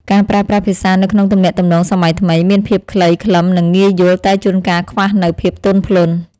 ការប្រើប្រាស់ភាសានៅក្នុងទំនាក់ទំនងសម័យថ្មីមានភាពខ្លីខ្លឹមនិងងាយយល់តែជួនកាលខ្វះនូវភាពទន់ភ្លន់។